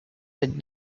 had